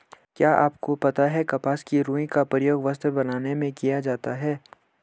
क्या आपको पता है कपास की रूई का प्रयोग वस्त्र बनाने में किया जाता है?